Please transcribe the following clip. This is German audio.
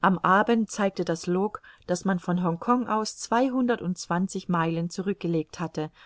am abend zeigte das log daß man von hongkong aus zweihundertundzwanzig meilen zurückgelegt hatte